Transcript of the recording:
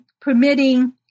permitting